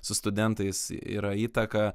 su studentais yra įtaka